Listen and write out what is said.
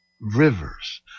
rivers